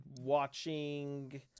watching